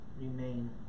remain